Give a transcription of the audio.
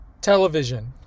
Television